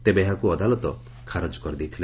ତେବେ ଏହାକୁ ଅଦାଲତ ଖାରଜ କରିଦେଇଥିଲେ